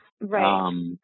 Right